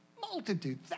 Multitude